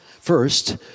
first